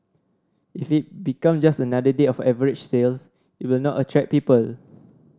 if it becomes just another day of average sales it will not attract people